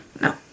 No